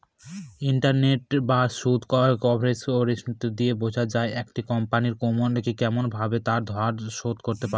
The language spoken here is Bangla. ইন্টারেস্ট বা সুদ কভারেজ রেসিও দিয়ে বোঝা যায় একটা কোম্পনি কেমন ভাবে তার ধার শোধ করতে পারে